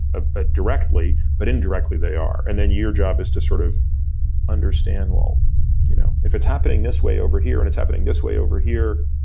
ah ah directly, but indirectly they are. and then your job is to sort of understand well you know if it's happening this way over here, and it's happening this way over here,